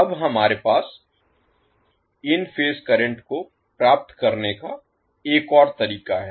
अब हमारे पास इन फेज करंट को प्राप्त करने का एक और तरीका है